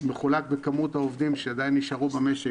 מחולק בכמות העובדים שעדיין נשארו במשק,